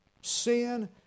Sin